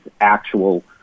actual